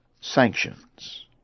sanctions